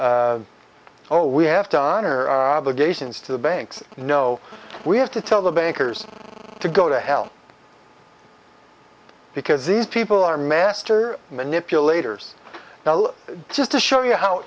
oh we have to honor obligations to the banks no we have to tell the bankers to go to hell because these people are master manipulators now look just to show you how